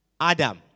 Adam